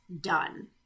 done